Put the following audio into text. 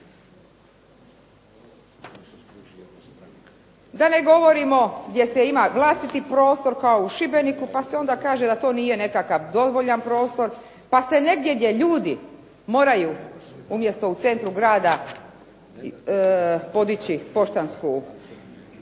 Da ne govorimo gdje se ima vlastiti prostor, kao u Šibeniku, pa se onda kaže da to nije nekakav dovoljan prostor, pa se negdje gdje ljudi moraju umjesto u centru grada podići poštansku